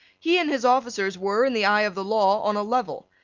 he and his officers were, in the eye of the law, on a level.